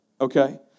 okay